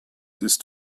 ist